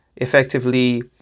Effectively